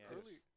Early